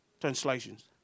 translations